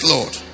Lord